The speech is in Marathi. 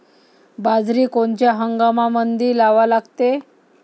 बाजरी कोनच्या हंगामामंदी लावा लागते?